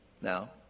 now